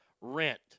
rent